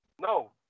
No